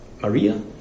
Maria